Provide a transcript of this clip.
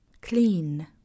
Clean